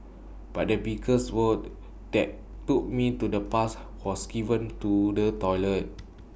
but the biggest word that took me to the past was given to the toilets